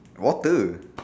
water